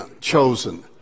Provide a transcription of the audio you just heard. chosen